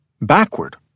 Backward